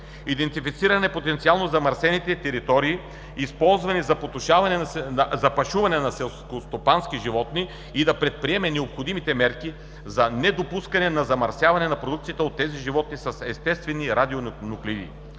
идентифициране на потенциално замърсени територии, използвани за пашуване на селскостопански животни, и да предприеме необходимите мерки за недопускане на замърсяване на продукцията от тези животни с естествени радионуклиди,